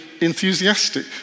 enthusiastic